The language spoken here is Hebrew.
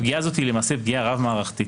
הפגיעה הזאת היא למעשה פגיעה רב מערכתית.